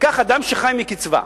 ניקח אדם שחי מקצבה,